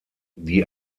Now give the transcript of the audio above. die